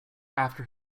after